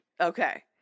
Okay